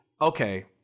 okay